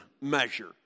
measure